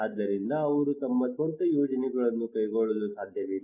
ಆದ್ದರಿಂದ ಅವರು ತಮ್ಮ ಸ್ವಂತ ಯೋಜನೆಗಳನ್ನು ಕೈಗೊಳ್ಳಲು ಸಾಧ್ಯವಿಲ್ಲ